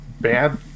bad